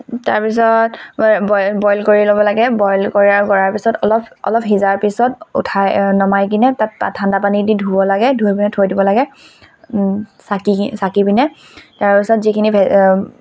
তাৰপিছত বই বই বইল কৰি ল'ব লাগে বইল কৰা কৰা পিছত অলপ অলপ সিজাৰ পিছত উঠাই নমাই কিনে তাত ঠাণ্ডা পানী দি ধুব লাগে ধুই পিনে থৈ দিব লাগে চাকি চাকি পিনে তাৰপিছত যিখিনি